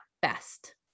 best